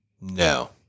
No